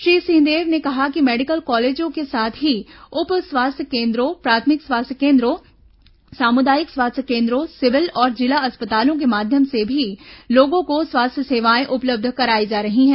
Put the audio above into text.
श्री सिंहदेव ने कहा कि मेडिकल कॉलेजों के साथ ही उप स्वास्थ्य केन्द्रों प्राथमिक स्वास्थ्य केन्द्रों सामुदायिक स्वास्थ्य केन्द्रों सिविल और जिला अस्पतालों के माध्यम से भी लोगों को स्वास्थ्य सेवाएं उपलब्ध कराई जा रही हैं